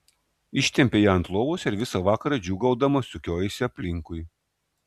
ištempė ją ant lovos ir visą vakarą džiūgaudama sukiojosi aplinkui